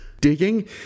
digging